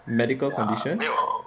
medical condition